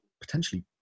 potentially